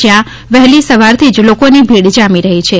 જ્યાં વહેલી સવારથી જ લોકોની ભીડ જામી રહી છે